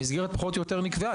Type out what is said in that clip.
המסגרת פחות או יותר נקבעה,